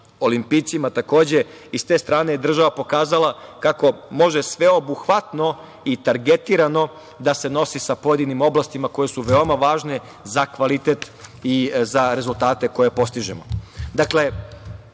olimpijcima takođe. Sa te strane, država je pokazala kako može sveobuhvatno i targetirano da se nosi sa pojedinim oblastima koje su veoma važne za kvalitet i za rezultate koje postižemo. Dakle,